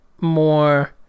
more